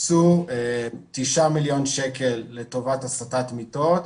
הוקצו תשעה מיליון שקל לטובת הסטת מיטות,